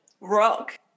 rock